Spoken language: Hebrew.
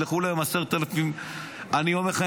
תשלחו להם 10,000. אני אומר לך,